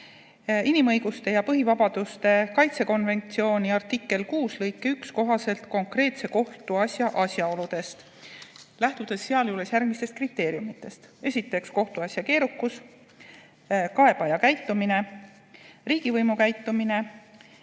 inimõiguste ja põhivabaduste kaitse konventsiooni artikli 6 lõike 1 kohaselt konkreetse kohtuasja asjaoludest, lähtudes sealjuures järgmistest kriteeriumidest: kohtuasja keerukus, kaebaja käitumine, riigivõimu käitumine